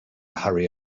hurry